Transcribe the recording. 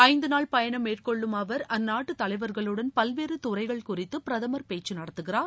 ஐந்து நாள் பயணம் மேற்கொள்ளும்அவர் அந்நாட்டு தலைவர்களுடன் பல்வேறு துறைகள் குறித்து பிரதமர் பேச்சு நடத்துகிறார்